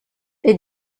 est